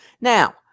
Now